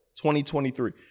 2023